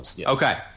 Okay